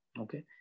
Okay